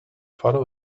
faro